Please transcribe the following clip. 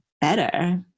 better